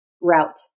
route